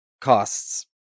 costs